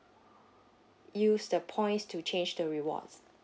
use the points to change the rewards